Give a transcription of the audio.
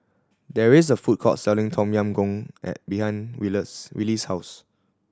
there is a food court selling Tom Yam Goong and behind Wylie's house